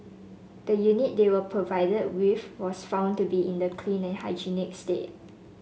the unit they were provided with was found to be in a clean and hygienic state